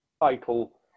title